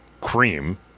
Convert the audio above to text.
cream